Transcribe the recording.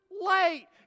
late